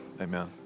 amen